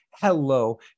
Hello